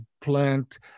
plant